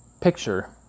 picture